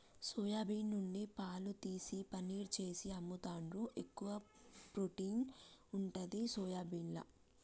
soya bean నుండి పాలు తీసి పనీర్ చేసి అమ్ముతాండ్రు, ఎక్కువ ప్రోటీన్ ఉంటది సోయాబీన్ల